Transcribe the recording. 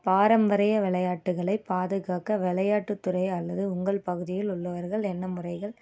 பாரம்பரிய விளையாட்டுகளை பாதுகாக்க விளையாட்டுத் துறை அல்லது உங்கள் பகுதியில் உள்ளவர்கள் என்ன முறைகள்